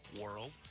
world